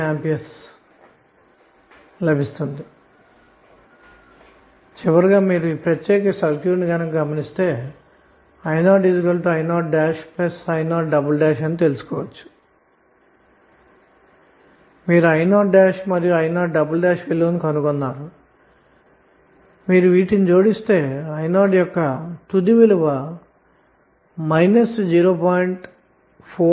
కాబట్టి మీరు ఈ ప్రత్యేక సర్క్యూట్ ను గనక గమనిస్తే చివరకు i0i0i0 అని తెలుసుకోవచ్చు మీరు i0 మరియు i0 విలువలు కనుగొన్నారు గనక వీటిని జోడిస్తే i0 యొక్క తుది విలువ 0